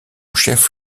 chef